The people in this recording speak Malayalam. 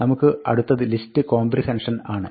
നമുക്ക് അടുത്തത് ലിസ്റ്റ് കോംബ്രിഹെൻഷൻ ആണ്